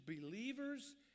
believers